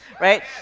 right